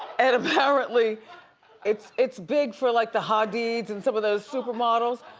and apparently it's, it's big for like, the hadid's and some of those supermodels,